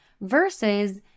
versus